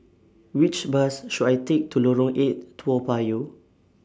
Which Bus should I Take to Lorong eight Toa Payoh